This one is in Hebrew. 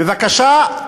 בבקשה,